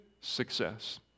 success